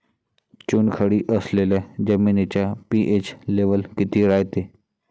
चुनखडी असलेल्या जमिनीचा पी.एच लेव्हल किती रायते?